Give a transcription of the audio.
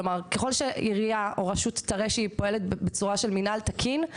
כלומר ככל שעירייה או רשות תראה שהיא פועלת בצורה של מנהל תקין,